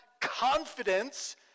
confidence